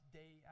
day